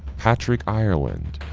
patrick ireland,